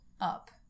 up